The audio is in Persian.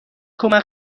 کمک